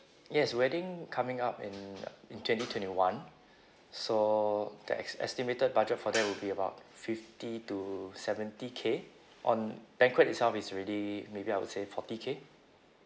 yes wedding coming up in in twenty twenty one so the es~ estimated budget for that will be about fifty to seventy K on banquet itself is already maybe I would say forty K